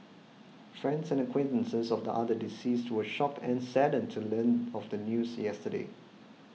friends and acquaintances of the other deceased were shocked and saddened to learn of the news yesterday